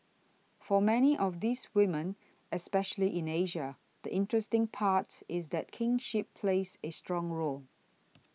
for many of these women especially in Asia the interesting part is that kinship plays a strong role